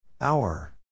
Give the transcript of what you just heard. Hour